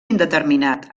indeterminat